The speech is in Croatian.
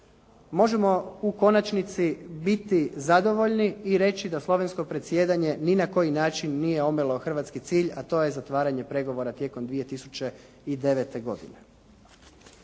možemo u konačnici biti zadovoljni i reći da slovensko predsjedanje ni na koji način nije omelo hrvatski cilj a to je zatvaranje pregovora tijekom 2009. godine.